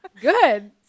good